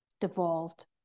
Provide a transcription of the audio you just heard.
devolved